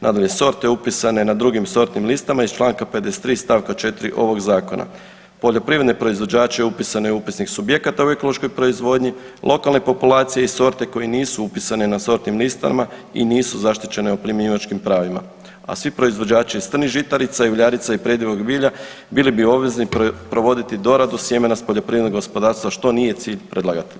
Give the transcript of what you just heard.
Nadalje, sorte upisane na drugim sortnim listama iz Članka 53. stavka 4. ovog zakona, poljoprivredne proizvođače upisane u upisnik subjekata u ekološkoj proizvodnji, lokalne populacije i sorte koje nisu upisane na sortnim listama i nisu zaštićene o primjenjivačkim pravima, a svi proizvođači strnih žitarica i uljarica i predivog bilja bili obvezni provoditi doradu sjemena s poljoprivrednog gospodarstva što nije cilj predlagatelja.